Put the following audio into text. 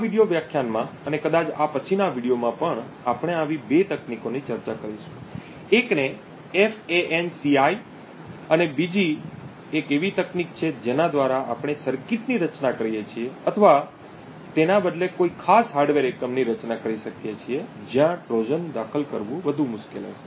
આ વિડિઓ વ્યાખ્યાનમાં અને કદાચ આ પછીના વીડિયોમાં પણ આપણે આવી બે તકનીકીઓની ચર્ચા કરીશું એકને FANCI અને બીજી એક એવી તકનીક છે જેના દ્વારા આપણે સર્કિટની રચના કરી શકીએ છીએ અથવા તેના બદલે કોઈ ખાસ હાર્ડવેર એકમની રચના કરી શકીએ છીએ જ્યાં ટ્રોજન દાખલ કરવું વધુ મુશ્કેલ હશે